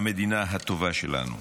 למדינה הטובה שלנו.